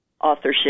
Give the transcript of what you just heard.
authorship